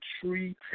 tree